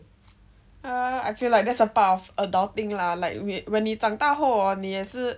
err I feel like that's a part of adulting lah like when 你长大后 hor 你也是